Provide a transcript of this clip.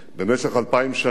במשך אלפיים שנה